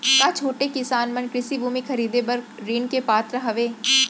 का छोटे किसान मन कृषि भूमि खरीदे बर ऋण के पात्र हवे?